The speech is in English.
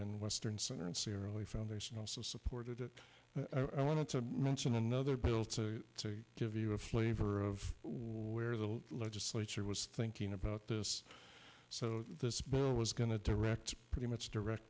and western center and serially foundation also supported it i want to mention another bill to give you a flavor of where the legislature was thinking about this so this bill was going to direct pretty much direct